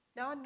Now